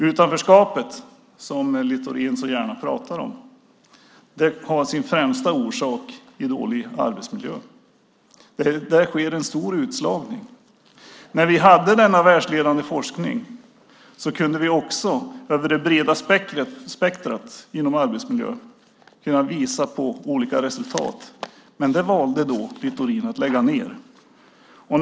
Utanförskapet, som Littorin så gärna pratar om, har sin främsta orsak i dålig arbetsmiljö. Där sker en stor utslagning. När vi hade denna världsledande forskning kunde vi också över det breda spektrumet inom arbetsmiljö visa på olika resultat. Men Littorin valde att lägga ned det hela.